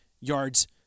yards